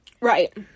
Right